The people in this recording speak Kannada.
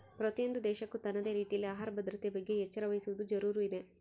ಪ್ರತಿಯೊಂದು ದೇಶಕ್ಕೂ ತನ್ನದೇ ರೀತಿಯಲ್ಲಿ ಆಹಾರ ಭದ್ರತೆಯ ಬಗ್ಗೆ ಎಚ್ಚರ ವಹಿಸುವದು ಜರೂರು ಇದೆ